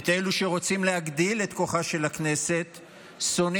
את אלו שרוצים להגדיל את כוחה של הכנסת שונאים.